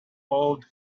old